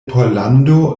pollando